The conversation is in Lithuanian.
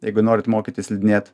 jeigu norit mokytis slidinėt